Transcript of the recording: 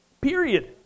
Period